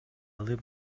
алып